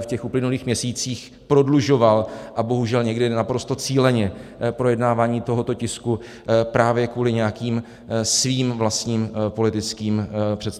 v těch uplynulých měsících prodlužoval, a bohužel někdy naprosto cíleně, projednávání tohoto tisku právě kvůli nějakým svým vlastním politickým představám.